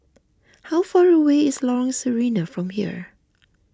how far away is Lorong Sarina from here